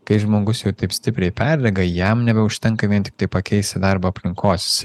kai žmogus jau taip stipriai perdega jam nebeužtenka vien tiktai pakeisti darbo aplinkos